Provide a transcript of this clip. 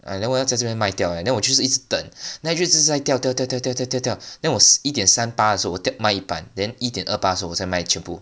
ah then 我要在这边卖掉 eh then 我去一直等那个就一直在掉掉掉掉掉 then 我一点三八的时候我掉卖一半 then 一点二八的时候我再卖全部